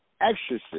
exorcism